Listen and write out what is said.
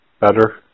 Better